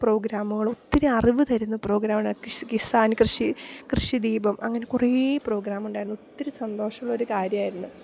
പ്രോഗ്രാമുകൾ ഒത്തിരി അറിവു തരുന്ന പ്രോഗ്രാമുണ്ട് കിസ്സാൻ കൃഷി കൃഷി ദീപം അങ്ങനെ കുറേ പ്രോഗ്രാമുണ്ടായിരുന്നു ഒത്തിരി സന്തോഷമുള്ളൊരു കാര്യമായിരുന്നു